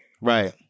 Right